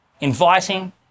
inviting